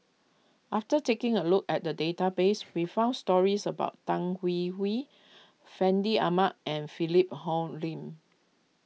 after taking a look at the database we found stories about Tan Hwee Hwee Fandi Ahmad and Philip Hoalim